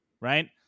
right